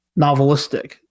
novelistic